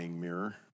mirror